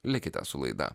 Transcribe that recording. likite su laida